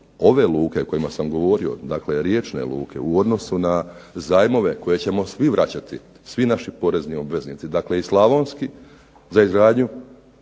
ove luke o kojima sam govorio dakle riječne luke u odnosu na zajmove koje ćemo svi vraćati, svi naši porezni obveznici za izgradnju,